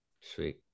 Sweet